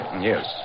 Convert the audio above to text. Yes